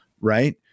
right